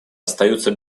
остаются